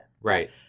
right